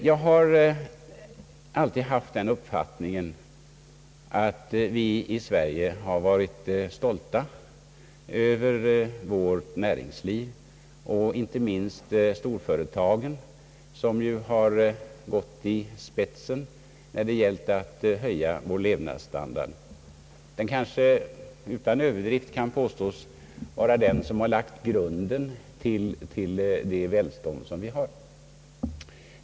Jag har alltid haft den uppfattningen, att vi i Sverige har varit stolta över vårt näringsliv, inte minst över storföretagen, som ju har gått i spetsen när det gällt att höja vår levnadsstandard. Det kanske utan överdrift kan påstås att det är de som har lagt grunden till det välstånd som vi har.